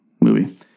movie